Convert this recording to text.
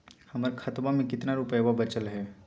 हमर खतवा मे कितना रूपयवा बचल हई?